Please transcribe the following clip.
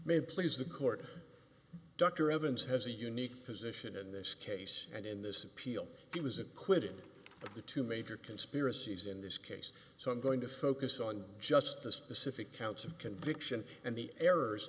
may please the court dr evans has a unique position in this case and in this appeal he was acquitted of the two major conspiracies in this case so i'm going to focus on just the specific counts of conviction and the errors